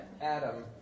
Adam